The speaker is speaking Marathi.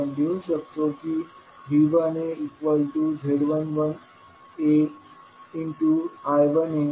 आपण लिहू शकतो की V1az11aI1az12aI2aआहे